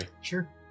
Sure